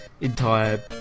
entire